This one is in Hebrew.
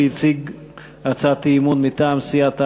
שהציג הצעת אי-אמון מטעם סיעת העבודה.